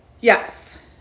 Yes